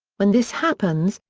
when this happens,